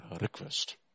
request